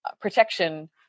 protection